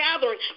gathering